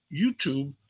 YouTube